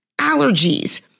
allergies